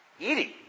Eating